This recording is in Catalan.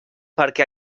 perquè